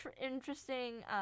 Interesting